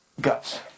guts